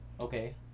Okay